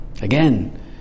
Again